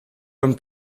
and